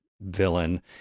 villain